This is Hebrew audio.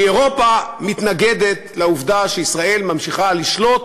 כי אירופה מתנגדת לעובדה שישראל ממשיכה לשלוט